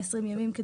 120 ימים,